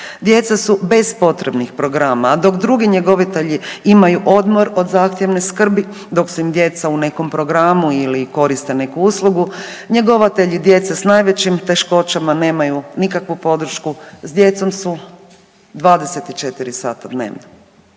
Djeca su bez potrebnih programa, a dok drugi njegovatelji imaju odmor od zahtjevne skrbi dok su im djeca u nekom programu ili koriste neku uslugu, njegovatelji djece s najvećim teškoćama nemaju nikakvu podršku, s djecom su 24 sata dnevno.